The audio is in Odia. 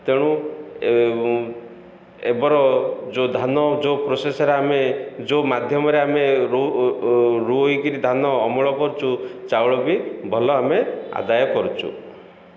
ତେଣୁ ଏବେର ଯେଉଁ ଧାନ ଯେଉଁ ପ୍ରୋସେସ୍ର ଆମେ ଯେଉଁ ମାଧ୍ୟମରେ ଆମେ ରୋଇକରି ଧାନ ଅମଳ କରୁଛୁ ଚାଉଳ ବି ଭଲ ଆମେ ଆଦାୟ କରୁଛୁ